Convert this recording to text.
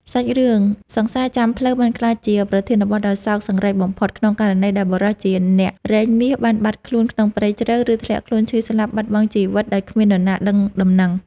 សាច់រឿង សង្សារចាំផ្លូវ បានក្លាយជាប្រធានបទដ៏សោកសង្រេងបំផុត ក្នុងករណីដែលបុរសជាអ្នករែងមាសបានបាត់ខ្លួនក្នុងព្រៃជ្រៅ ឬធ្លាក់ខ្លួនឈឺស្លាប់បាត់បង់ជីវិតដោយគ្មាននរណាដឹងដំណឹង។